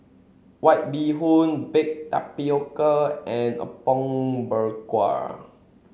White Bee Hoon Baked Tapioca and Apom Berkuah